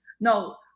no